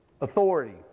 Authority